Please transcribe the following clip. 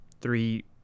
three